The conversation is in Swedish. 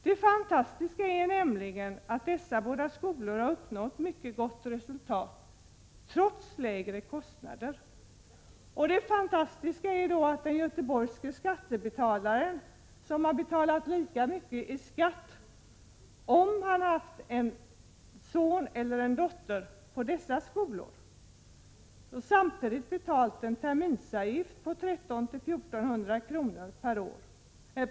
Dessa båda skolor har således nått mycket gott resultat trots lägre kostnader. Det fantastiska är att den göteborgske skattebetalaren, som har betalat lika mycket i skatt som andra även om han har haft en son eller dotter på någon av dessa skolor, samtidigt som han eller hon har betalat en terminsavgift på 1 300-1 400 kr.